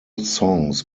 songs